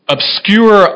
obscure